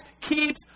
keeps